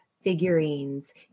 figurines